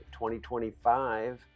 2025